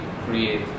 create